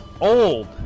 Old